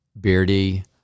beardy